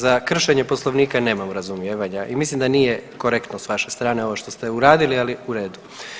Za kršenje Poslovnika nemam razumijevanja i mislim da nije korektno s vaše strane ovo što ste uradili, ali u redu.